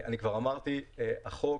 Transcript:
החוק,